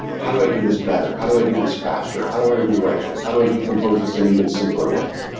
how do i do this better? how do i do this faster? how do i rewrite this? how do i decompose this in and even simpler ways?